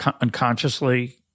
unconsciously